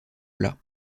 plat